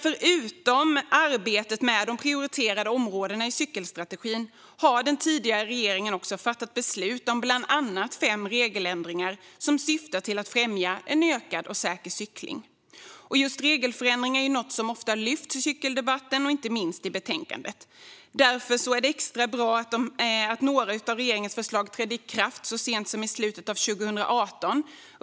Förutom arbetet med de prioriterade områdena i cykelstrategin har den tidigare regeringen också fattat beslut om bland annat fem regeländringar som syftar till att främja en ökad och säker cykling. Just regelförändringar är något som ofta lyfts fram i cykeldebatten och inte minst i betänkandet. Därför är det extra bra att några av regeringens förslag trädde i kraft så sent som i slutet av 2018.